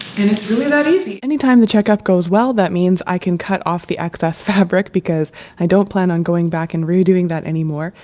and it's really that easy anytime the check up goes well, that means i can cut off the excess fabric because i don't plan on going back and redoing that anymore.